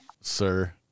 sir